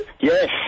Yes